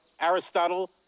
Aristotle